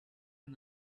and